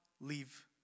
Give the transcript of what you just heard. leave